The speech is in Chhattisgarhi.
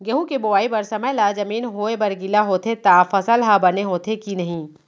गेहूँ के बोआई बर समय ला जमीन होये बर गिला होथे त फसल ह बने होथे की नही?